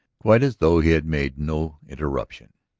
quite as though he had made no interruption,